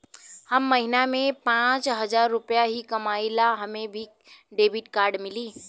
हम महीना में पाँच हजार रुपया ही कमाई ला हमे भी डेबिट कार्ड मिली?